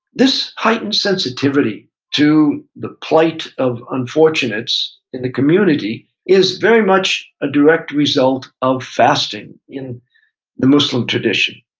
this heightened sensitivity to the plight of unfortunates in the community is very much a direct result of fasting in the muslim tradition.